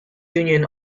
union